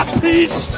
peace